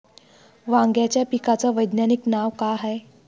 वांग्याच्या पिकाचं वैज्ञानिक नाव का हाये?